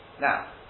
Now